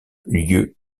lieu